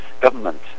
government